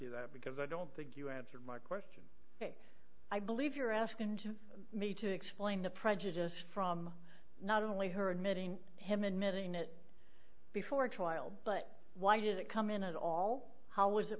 you that because i don't think you answered my question i believe you're asking me to explain the prejudice from not only her admitting him admitting it before trial but why did it come in at all how was it